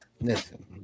Listen